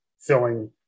filling